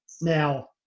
Now